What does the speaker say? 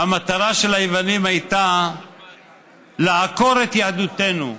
המטרה של היוונים הייתה לעקור את יהדותנו,